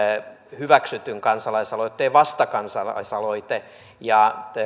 hyväksytyn kansalaisaloitteen vastakansalaisaloite